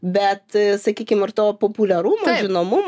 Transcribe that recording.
bet sakykim ir to populiarumo žinomumo